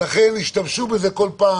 והשתמשו בזה כל פעם,